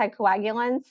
anticoagulants